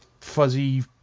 fuzzy